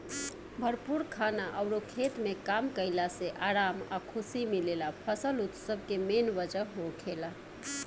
भरपूर खाना अउर खेत में काम कईला से आराम आ खुशी मिलेला फसल उत्सव के मेन वजह होखेला